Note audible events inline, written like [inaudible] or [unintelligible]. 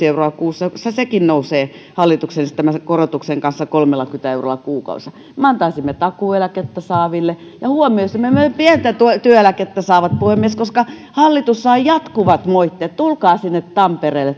[unintelligible] euroa kuussa jolloin sekin nousee hallituksen esittämän korotuksen kanssa kolmellakymmenellä eurolla kuukaudessa me antaisimme takuueläkettä saaville ja huomioisimme myös pientä työeläkettä saavat puhemies koska hallitus saa jatkuvat moitteet tulkaa sinne tampereelle